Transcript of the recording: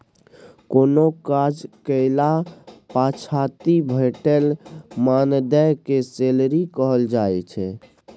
कोनो काज कएला पछाति भेटल मानदेय केँ सैलरी कहल जाइ छै